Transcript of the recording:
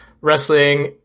wrestling